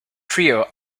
trio